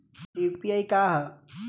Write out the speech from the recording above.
UPI का ह?